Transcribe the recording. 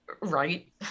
Right